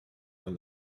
from